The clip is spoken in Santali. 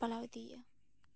ᱯᱟᱞᱟᱣ ᱤᱫᱤᱭᱮᱫᱼᱟ